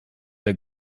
der